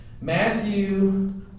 Matthew